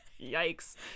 yikes